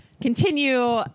continue